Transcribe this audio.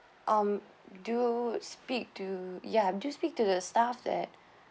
um do speak to ya do speak to the staff that